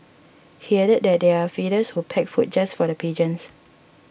he added that there are feeders who pack food just for the pigeons